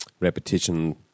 repetition